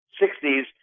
60s